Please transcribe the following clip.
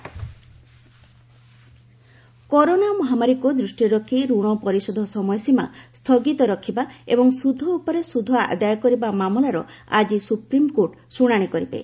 supreme court ଋଣସୀମା corona ମହାମାରୀକୁ ଦୃଷ୍ଟିରେ ରଖି ଋଶ ପରିଶୋଧ ସମୟସୀମା ସ୍ଥଗିତ ରଖିବା ଏବଂ ସୁଧ ଉପରେ ସୁଧ ଆଦାୟ କରିବା ମାମଲାର ଆଜି ସୁପ୍ରିମକୋର୍ଟ ଶୁଣାଣି କରିବେ